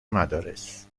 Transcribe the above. مدارس